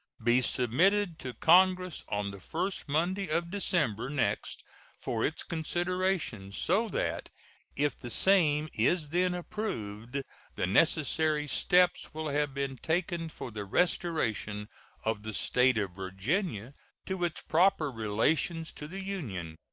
be submitted to congress on the first monday of december next for its consideration, so that if the same is then approved the necessary steps will have been taken for the restoration of the state of virginia to its proper relations to the union.